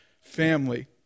family